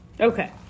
Okay